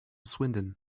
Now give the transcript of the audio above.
swindon